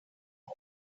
und